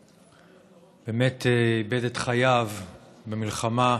שבאמת, איבד את חייו במלחמה,